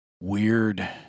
weird